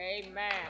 Amen